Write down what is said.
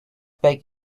back